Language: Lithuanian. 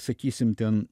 sakysim ten